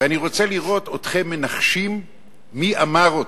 ואני רוצה לראות אתכם מנחשים מי אמר אותו: